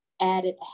added